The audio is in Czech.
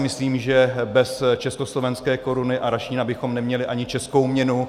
Myslím si, že bez československé koruny a Rašína bychom neměli ani českou měnu.